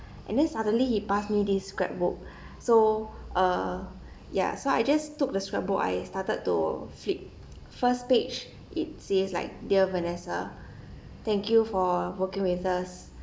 and then suddenly he passed me this scrapbook so uh ya so I just took the scrapbook I started to flip first page it says like dear vanessa thank you for working with us